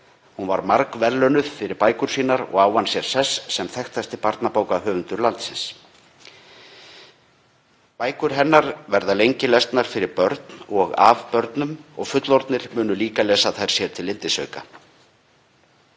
Hún var margverðlaunuð fyrir bækur sínar og ávann sér sess sem þekktasti barnabókahöfundur landsins. Bækur hennar verða lengi lesnar fyrir börn og af börnum og fullorðnir munu líka lesa þær sér til yndisauka.